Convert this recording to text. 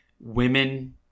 women